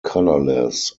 colorless